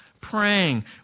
praying